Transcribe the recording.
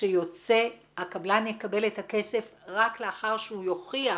שיוצא הקבלן יקבל את הכסף רק לאחר שהוא יוכיח